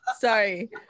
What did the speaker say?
Sorry